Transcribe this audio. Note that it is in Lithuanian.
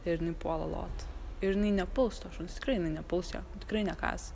ir jinai puola lot ir jinai nepuls to šuns tikrai jinai nepuls jo tikrai nekąs